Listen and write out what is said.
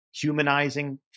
humanizing